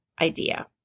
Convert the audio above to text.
idea